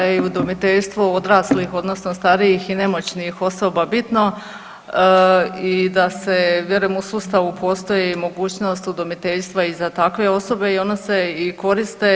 Svakako da je udomiteljstvo odraslih odnosno starijih i nemoćnih osoba bitno i da se vjerujem u sustavu postoji mogućnost udomiteljstva i za takve osobe i one se i koriste.